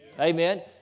Amen